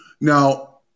Now